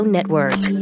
Network